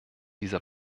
dieser